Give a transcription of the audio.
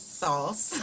sauce